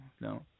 no